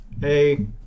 Hey